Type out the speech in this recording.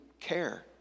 care